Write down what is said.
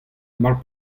mar